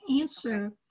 answer